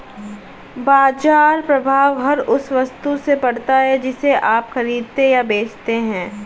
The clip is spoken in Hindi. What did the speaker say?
बाज़ार प्रभाव हर उस वस्तु से पड़ता है जिसे आप खरीदते या बेचते हैं